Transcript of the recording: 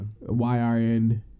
Y-R-N